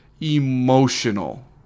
emotional